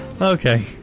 Okay